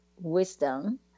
wisdom